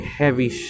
heavy